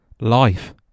life